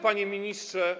Panie Ministrze!